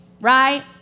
right